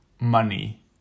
money